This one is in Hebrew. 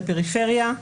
לפריפריה,